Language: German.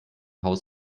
haus